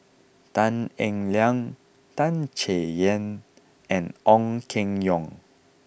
Tan Eng Liang Tan Chay Yan and Ong Keng Yong